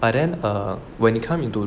but then err when you come into